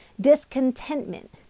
discontentment